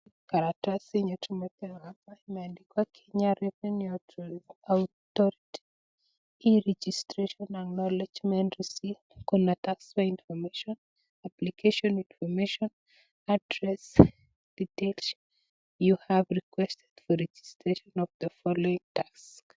Karatasi yenye tumepewa hapa imeandikwa Kenya Revenue Authority acknowlegement Receipt